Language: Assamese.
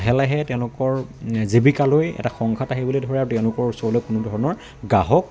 লাহে লাহে তেওঁলোকৰ জীৱিকালৈ এটা সংঘাট আহিবলৈ ধৰে আৰু তেওঁলোকৰ ওচৰলৈ কোনো ধৰণৰ গ্ৰাহক